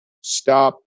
stop